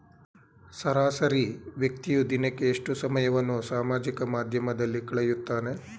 ಸರಾಸರಿ ವ್ಯಕ್ತಿಯು ದಿನಕ್ಕೆ ಎಷ್ಟು ಸಮಯವನ್ನು ಸಾಮಾಜಿಕ ಮಾಧ್ಯಮದಲ್ಲಿ ಕಳೆಯುತ್ತಾನೆ?